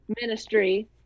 Ministry